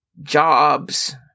jobs